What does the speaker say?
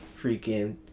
freaking